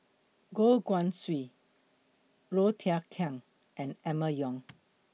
Goh Guan Siew Low Thia Khiang and Emma Yong